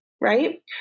right